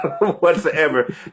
whatsoever